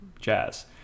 jazz